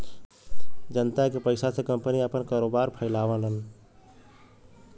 जनता के पइसा से कंपनी आपन कारोबार फैलावलन